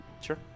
Sure